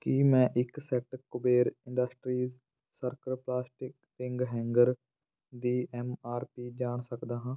ਕੀ ਮੈਂ ਇੱਕ set Kuber industries circle plastic ring hanger ਦੀ ਐੱਮ ਆਰ ਪੀ ਜਾਣ ਸਕਦਾ ਹਾਂ